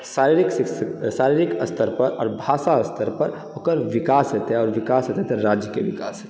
शारीरिक शारीरिक स्तर पर आओर भाषा स्तर पर ओकर विकास हेतै आओर विकास हेतै तऽ राज्य के विकास हेतै